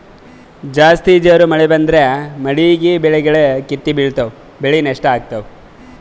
ಜಾಸ್ತಿ ಜೋರ್ ಮಳಿ ಬಂದ್ರ ಮಳೀಗಿ ಬೆಳಿಗೊಳ್ ಕಿತ್ತಿ ಬಿಳ್ತಾವ್ ಬೆಳಿ ನಷ್ಟ್ ಆಗ್ತಾವ್